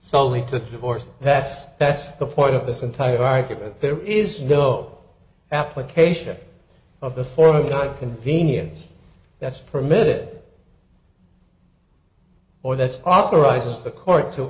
solely to divorce that's that's the point of this entire argument there is no application of the for the convenience that's permitted or that's authorizes the court to